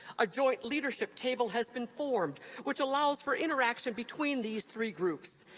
a joint leadership table has been formed which allows for interaction between these three groups.